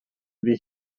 iddi